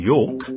York